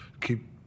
keep